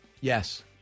Yes